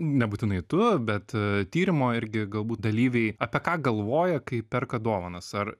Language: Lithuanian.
ne būtinai tu bet tyrimo irgi galbūt dalyviai apie ką galvoja kai perka dovanas ar